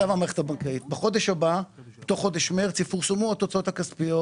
בחודש מרץ יפורסמו התוצאות הכספיות